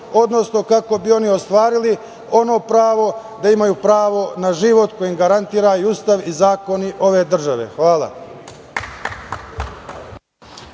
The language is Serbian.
odnosno kako bi oni ostvarili ono pravo da imaju pravo na život, koji im garantuje Ustav i zakoni ove države? Hvala.